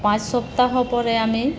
পাঁচ সপ্তাহ পরে আমি